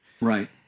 Right